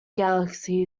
galaxy